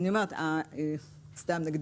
סתם דוגמה.